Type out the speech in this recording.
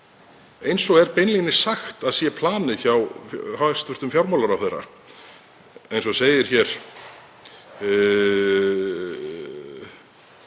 eins og er beinlínis sagt að sé planið hjá hæstv. fjármálaráðherra, eins og segir hér